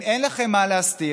אם אין לכם מה להסתיר